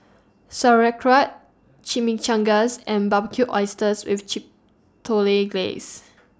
Sauerkraut Chimichangas and Barbecued Oysters with Chipotle Glaze